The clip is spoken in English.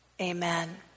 Amen